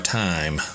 time